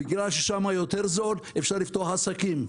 בגלל שיותר זול שם אפשר לפתוח עסקים.